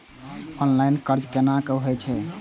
Online कर्ज केना होई छै?